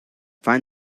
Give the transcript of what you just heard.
find